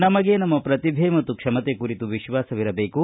ನಮಗೆ ನಮ್ನ ಪ್ರತಿಭೆ ಮತ್ತು ಕ್ಷಮತೆ ಕುರಿತು ವಿಶ್ವಾಸವಿರಬೇಕು